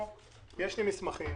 פה יש לי מסמכים